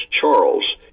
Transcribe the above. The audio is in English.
Charles